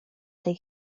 tej